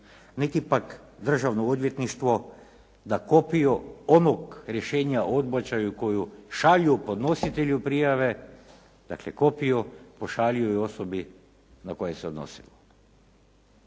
niti pak državno odvjetništvo da kopiju onog rješenja o odbačaju koju šalju podnositelju prijave, dakle kopiju pošalju i osobi na koju se i odnosilo.